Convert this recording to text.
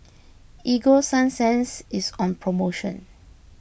Ego Sunsense is on promotion